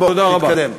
תתקדם.